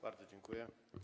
Bardzo dziękuję.